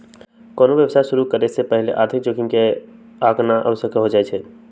कोनो व्यवसाय के शुरु करे से पहिले आर्थिक जोखिम के आकनाइ आवश्यक हो जाइ छइ